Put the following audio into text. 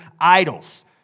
idols